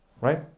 right